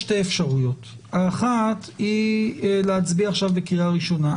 יש שתי אפשרויות: האחת היא להצביע עכשיו בקריאה ראשונה,